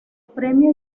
premio